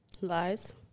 Lies